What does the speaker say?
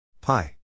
Pi